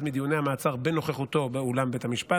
מדיוני המעצר בנוכחותו באולם בית המשפט,